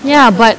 ya but